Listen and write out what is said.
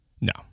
No